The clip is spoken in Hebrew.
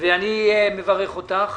אני מברך אותך.